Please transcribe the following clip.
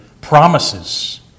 promises